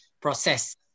process